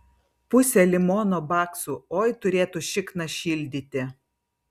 pusė limono baksų oi turėtų šikną šildyti